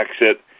exit